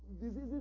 diseases